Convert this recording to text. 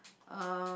um